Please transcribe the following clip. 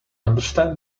understand